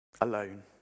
alone